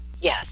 Yes